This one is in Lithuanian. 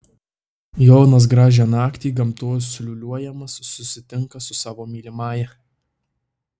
jonas gražią naktį gamtos liūliuojamas susitinka su savo mylimąja